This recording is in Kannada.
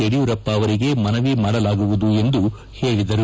ಯಡಿಯೂರಪ್ಪ ಅವರಿಗೆ ಮನವಿ ಮಾಡಲಾಗುವುದು ಎಂದು ಅವರು ಹೇಳಿದರು